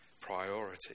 priority